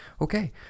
Okay